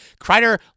Kreider